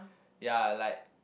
ya like